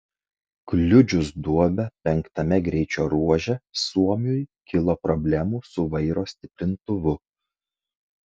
kliudžius duobę penktame greičio ruože suomiui kilo problemų su vairo stiprintuvu